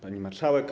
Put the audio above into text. Pani Marszałek!